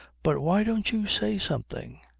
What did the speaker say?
but why don't you say something?